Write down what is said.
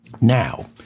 Now